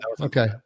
Okay